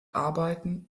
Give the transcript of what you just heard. arbeiten